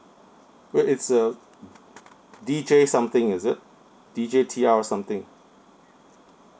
where it's uh D J something is it D J T R something